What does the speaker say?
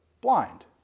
blind